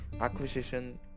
acquisition